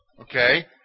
Okay